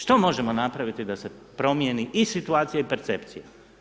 Što možemo napraviti da se promijeni i situacija i percepcija?